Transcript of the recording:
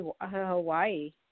hawaii